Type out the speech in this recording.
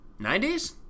90s